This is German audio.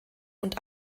und